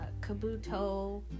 kabuto